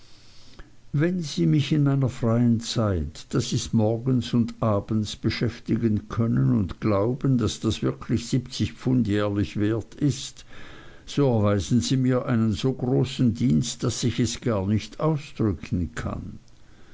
wenn sie mich in meiner freien zeit das ist morgens und abends beschäftigen können und glauben daß das wirklich siebzig pfund jährlich wert ist so erweisen sie mir einen so großen dienst daß ich es gar nicht ausdrücken kann